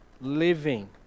living